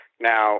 Now